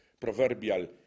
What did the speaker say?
proverbial